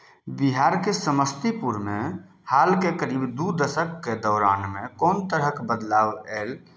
बिहारके समस्तीपुरमे हालके करीब दू दशकके दौरानमे कोन तरहके बदलाव आयल